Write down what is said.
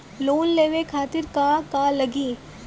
Loan लेवे खातीर का का लगी?